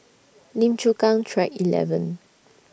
Lim Chu Kang Track eleven